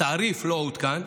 התעריף לא עודכן.